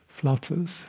flutters